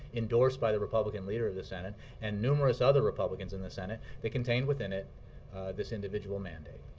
endorsed by the republican leader of the senate and numerous other republicans in the senate that contained within it this individual mandate.